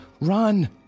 Run